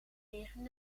tegen